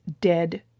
dead